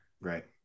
Right